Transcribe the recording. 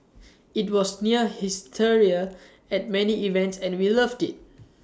IT was near hysteria at many events and we loved IT